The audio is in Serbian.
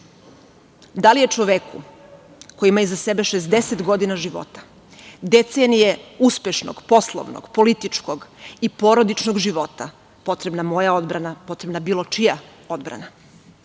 Da li je čoveku koji ima iza sebe 60 godina života, decenije uspešnog poslovnog, političkog i porodičnog života, potrebna moja odbrana, potrebna bilo čija odbrana?